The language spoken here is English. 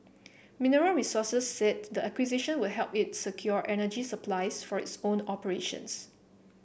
Mineral Resources said the acquisition would help it secure energy supplies for its own operations